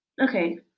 Okay